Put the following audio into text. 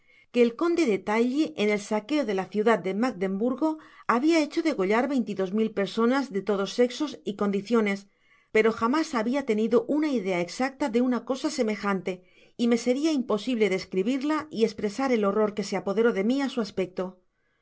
que el conde de tilly en el saqueo de lacia dad de magdemburgo habia hecho degollar veinte y dos mil personas de todos sexos y condiciones pero jamás habia tenido una idea exacta de una cosa semejante y me seria imposible describirla y espresar el horror que se apoderó de mi á su aspecto